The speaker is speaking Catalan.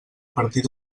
partir